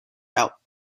out